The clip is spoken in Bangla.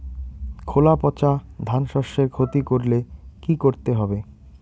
খোলা পচা ধানশস্যের ক্ষতি করলে কি করতে হবে?